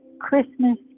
Christmas